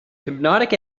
hypnotic